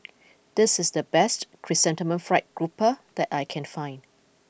this is the best Chrysanthemum Fried Grouper that I can find